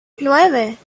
nueve